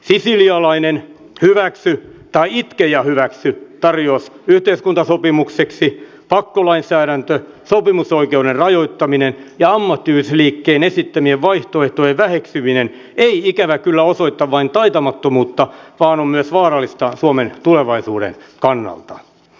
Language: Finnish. sisilialainen hyväksy tai itke ja hyväksy tarjous yhteiskuntasopimukseksi pakkolainsäädäntö sopimusoikeuden rajoittaminen ja ammattiyhdistysliikkeen esittämien vaihtoehtojen väheksyminen ei ikävä kyllä osoita vain taitamattomuutta vaan on myös vaarallista suomen tulevaisuuden kannalta